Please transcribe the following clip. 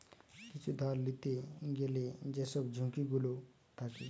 কিছু ধার লিতে গ্যালে যেসব ঝুঁকি গুলো থাকে